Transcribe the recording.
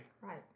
Right